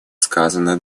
сказано